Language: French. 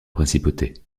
principauté